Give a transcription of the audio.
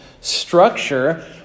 structure